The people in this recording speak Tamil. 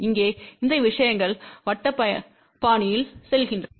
இங்கே இந்த விஷயங்கள் வட்ட பாணியில் செல்கின்றன